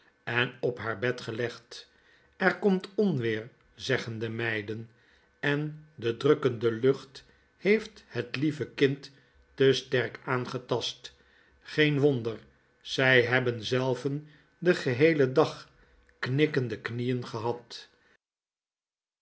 en op haar bed gelegd er komt onweer zeggen de meiden en de drukkende lucht heeft het lieve kind te sterk aangetast geen wonder zy hebben zelven den geheelen dag knikkende knieen gehad